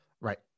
Right